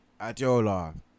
Adiola